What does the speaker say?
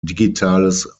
digitales